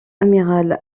amiral